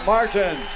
Martin